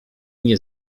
nie